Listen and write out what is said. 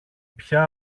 πια